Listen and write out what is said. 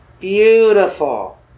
Beautiful